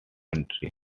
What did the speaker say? entry